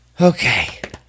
Okay